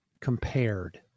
compared